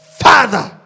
father